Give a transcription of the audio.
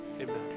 Amen